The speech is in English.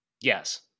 Yes